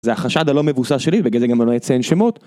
זה החשד הלא מבוסס שלי, בגלל זה גם אני לא אציין שמות